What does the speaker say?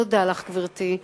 תודה לך, גברתי.